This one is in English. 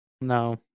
No